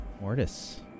Mortis